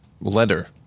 letter